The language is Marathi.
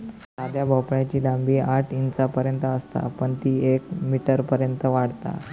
साध्या भोपळ्याची लांबी आठ इंचांपर्यंत असता पण ती येक मीटरपर्यंत वाढता